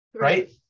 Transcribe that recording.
Right